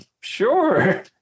Sure